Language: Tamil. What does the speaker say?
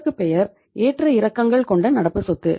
இதற்குப் பெயர் ஏற்ற இறக்கங்கள் கொண்ட நடப்பு சொத்து